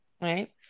right